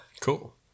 cool